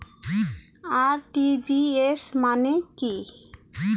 RTGS মানে কি?